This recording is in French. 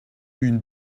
une